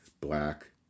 Black